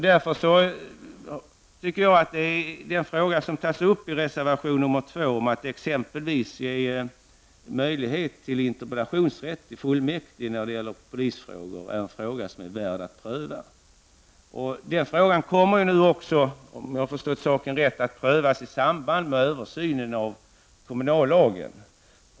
Därför tycker jag att den fråga som tas upp i reservation nr 2 om att exempelvis ge möjlighet till interpellationsrätt i fullmäktige när det gäller polisfrågor är en fråga som är värd att pröva. Om jag har förstått saken rätt kommer den frågan också att prövas i samband med översynen av kommunallagen.